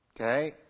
Okay